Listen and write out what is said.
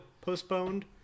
postponed